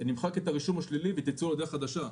נמחק את הרישום השלילי ותצאו לדרך חדשה.